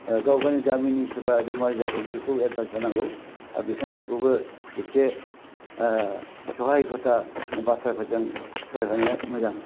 गावनि गावनि गामिनि सोरबा बेमारि जादोंबा बेखौ एदभाइस होनांगौ आरो बिथांमोनखौबो एसे सहायखथा एबा बाथ्राफोरजों सहाय होनाया मोजां